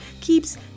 keeps